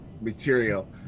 material